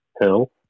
hell